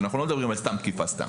אנחנו לא מדברים על סתם תקיפה סתם.